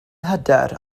hyder